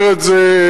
אומר את קורבּ,